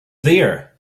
there